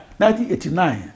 1989